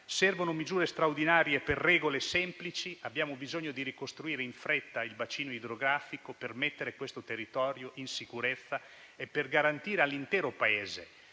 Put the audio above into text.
servono misure straordinarie e regole semplici. Abbiamo bisogno di ricostruire in fretta il bacino idrografico, per mettere questo territorio in sicurezza e per garantire all'intero Paese